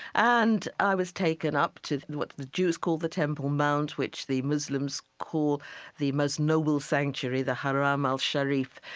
and i was taken up to what the jews call the temple mount, which the muslims call the most noble sanctuary, the haram al-sharif.